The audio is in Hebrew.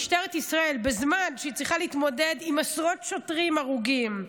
בזמן שמשטרת ישראל צריכה להתמודד עם עשרות שוטרים הרוגים,